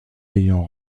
ayant